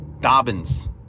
Dobbins